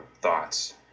thoughts